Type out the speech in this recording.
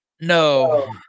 no